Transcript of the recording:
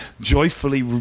joyfully